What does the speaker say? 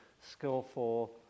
skillful